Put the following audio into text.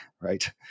right